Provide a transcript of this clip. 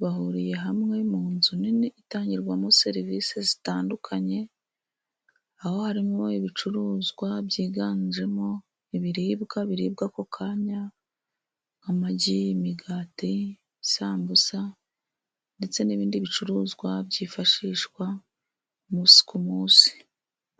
bahuriye hamwe mu nzu nini itangirwamo serivisi zitandukanye, aho harimo ibicuruzwa byiganjemo ibiribwa biribwa ako kanya nk'amagi, imigati, sambusa, ndetse n'ibindi bicuruzwa byifashishwa umunsi ku munsi.